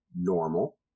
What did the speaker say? normal